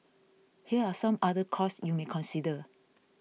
here are some other costs you may consider